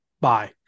Bye